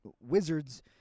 Wizards